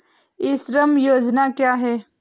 ई श्रम योजना क्या है?